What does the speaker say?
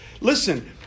Listen